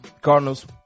Cardinals